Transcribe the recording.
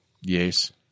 Yes